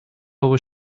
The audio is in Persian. بابا